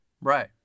Right